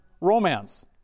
romance